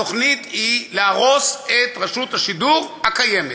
התוכנית היא להרוס את רשות השידור הקיימת.